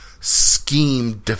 scheme